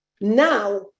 Now